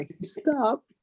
stop